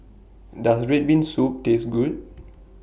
Does Red Bean Soup Taste Good